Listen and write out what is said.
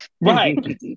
Right